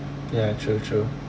ya true true